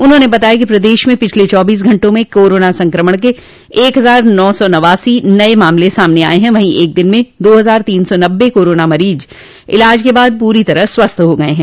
उन्होंने बताया कि प्रदेश में पिछले चौबीस घंटे में कोरोना संक्रमण के एक हजार नौ सौ नवासी नये मामले सामने आयें हैं वहीं एक दिन में दो हजार तीन सौ नब्बे कोरोना मरीज इलाज के बाद पूरी तरह से स्वस्थ हो गये हैं